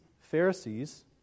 Pharisees